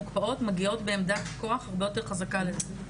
מגיעות בעמדת כוח הרבה יותר חזקה לזה.